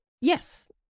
Yes